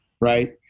right